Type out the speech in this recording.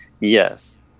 yes